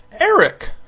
Eric